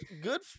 good